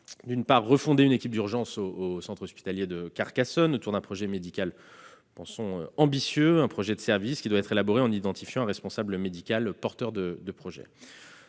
axe, de refonder une équipe d'urgence au centre hospitalier de Carcassonne, autour d'un projet médical ambitieux, un projet de service qui doit être élaboré en identifiant un responsable médical. Deuxième axe,